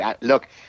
Look